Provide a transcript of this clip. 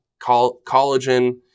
collagen